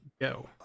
Go